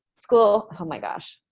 school, oh my gosh,